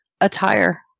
attire